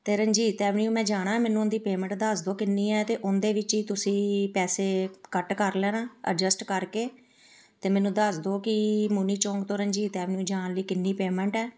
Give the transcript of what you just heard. ਅਤੇ ਰਣਜੀਤ ਐਵਨਿਊ ਮੈਂ ਜਾਣਾ ਮੈਨੂੰ ਉਹਦੀ ਪੇਮੈਂਟ ਦੱਸ ਦਿਉ ਕਿੰਨੀ ਹੈ ਅਤੇ ਉਨਦੇ ਵਿੱਚ ਹੀ ਤੁਸੀਂ ਪੈਸੇ ਕੱਟ ਕਰ ਲੈਣਾ ਐਡਜਸਟ ਕਰਕੇ ਅਤੇ ਮੈਨੂੰ ਦੱਸ ਦਿਉ ਕਿ ਮੁਨੀ ਚੌਂਕ ਤੋਂ ਰਣਜੀਤ ਐਵੇਨਿਊ ਜਾਣ ਲਈ ਕਿੰਨੀ ਪੇਮੈਂਟ ਹੈ